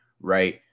right